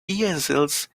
easels